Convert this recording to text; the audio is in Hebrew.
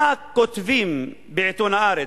מה כותבים בעיתון "הארץ"